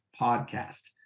Podcast